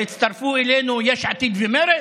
והצטרפו אלינו יש עתיד ומרצ?